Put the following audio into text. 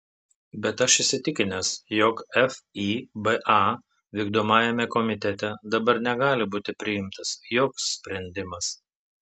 bet aš įsitikinęs jog fiba vykdomajame komitete dabar negali būti priimtas joks sprendimas